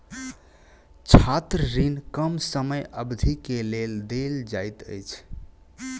छात्र ऋण कम समय अवधि के लेल देल जाइत अछि